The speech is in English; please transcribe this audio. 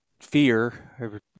fear